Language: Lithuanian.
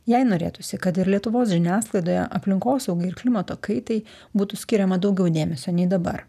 jai norėtųsi kad ir lietuvos žiniasklaidoje aplinkosaugai ir klimato kaitai būtų skiriama daugiau dėmesio nei dabar